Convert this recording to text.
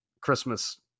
Christmas